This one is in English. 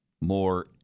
more